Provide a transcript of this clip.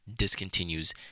discontinues